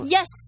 Yes